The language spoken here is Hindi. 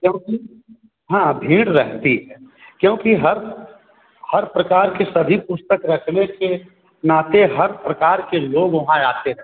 क्योंकि हाँ भीड़ रहती है क्योंकि हर हर प्रकार के सभी पुस्तक रखने के नाते हर प्रकार के लोग वहाँ आते हैं